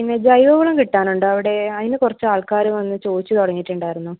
പിന്നെ ജൈവ വളം കിട്ടാനുണ്ടോ അവടെ അതിന് കുറച്ച് ആൾക്കാര് വന്ന് ചോദിച്ച് തുടങ്ങിയിട്ടുണ്ടായിരുന്നു